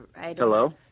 Hello